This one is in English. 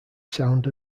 sound